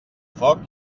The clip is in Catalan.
foc